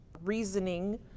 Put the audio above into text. reasoning